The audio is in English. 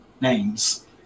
names